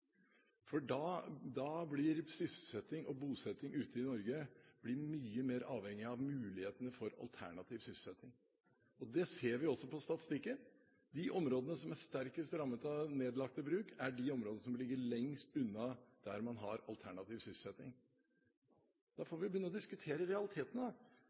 det. Da blir sysselsetting og bosetting rundt i Norge mye mer avhengig av muligheten for alternativ sysselsetting. Det ser vi også på statistikken. De områdene som er sterkest rammet av nedlagte bruk, er de områdene som ligger lengst unna der man har alternativ sysselsetting. Da får vi begynne å diskutere realitetene,